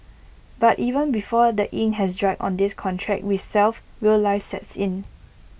but even before the ink has dried on this contract with self real life sets in